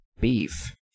Beef